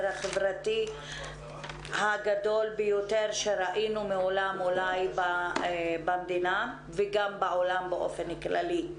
החברתי הגדול ביותר שראינו מעולם במדינה וגם בעולם באופן כללי.